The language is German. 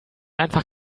einfach